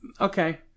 Okay